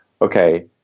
okay